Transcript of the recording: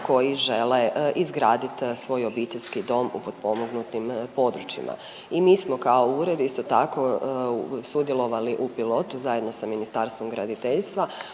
koji žele izgraditi svoj obiteljski dom u potpomognutim područjima. I mi smo kao ured isto tako sudjelovali u pilotu zajedno sa Ministarstvom graditeljstva